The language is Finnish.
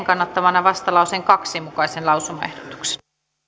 kannattamana vastalauseen kahden mukaisen lausumaehdotuksen